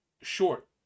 short